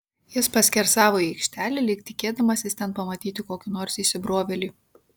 jis paskersavo į aikštelę lyg tikėdamasis ten pamatyti kokį nors įsibrovėlį